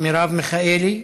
מרב מיכאלי,